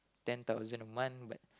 ten thousand a month but